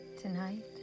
Tonight